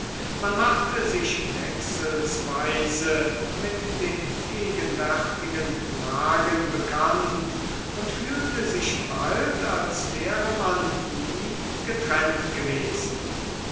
man machte sich wechselsweise mit den gegenwärtigen lagen bekannt und fühlte sich bald als wäre man nie getrennt gewesen